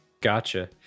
Gotcha